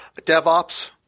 DevOps